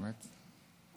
באמת,